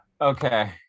Okay